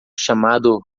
chamado